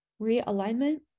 realignment